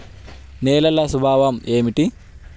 నేలల స్వభావం ఏమిటీ?